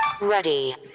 Ready